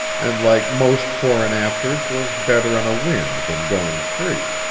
and like most fore-and-afters was better on a wind than going free.